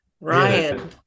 Ryan